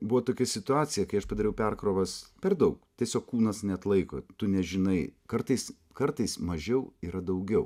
buvo tokia situacija kai aš padariau perkrovas per daug tiesiog kūnas neatlaiko tu nežinai kartais kartais mažiau yra daugiau